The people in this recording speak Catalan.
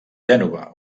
gènova